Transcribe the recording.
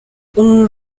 uru